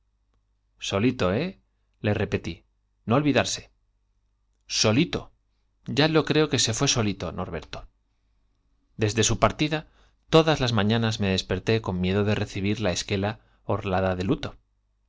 solito eh le repetí i no fué solido norberto solito ya lo creo que se desde su partida todas las mañanas me desperté con miedo de recibir la esquela orlada de luto